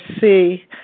see